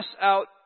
out